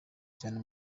cyane